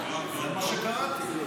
זה מה שקראתי.